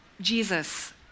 Jesus